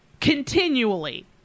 Continually